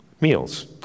meals